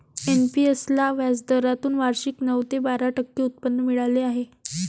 NPS ला व्याजदरातून वार्षिक नऊ ते बारा टक्के उत्पन्न मिळाले आहे